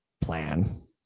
plan